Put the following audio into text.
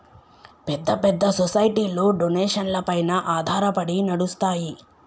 పెద్ద పెద్ద సొసైటీలు డొనేషన్లపైన ఆధారపడి నడుస్తాయి